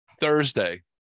Thursday